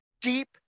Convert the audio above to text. deep